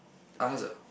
us ah